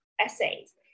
essays